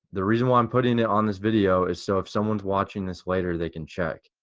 the reason why i'm putting it on this video is so if someone's watching this later they can check.